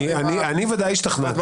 אני ודאי השתכנעתי.